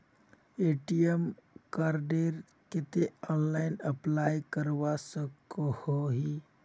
ATM कार्डेर केते online apply करवा सकोहो ही?